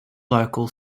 local